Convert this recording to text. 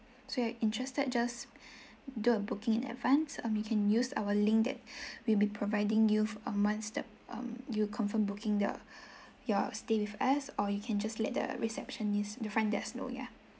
so if you're interested just do a booking in advance um you can use our link that we'll be providing you once the um you confirm booking the your stay with us or you can just let the receptionist at the front desk know yeah